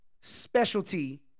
specialty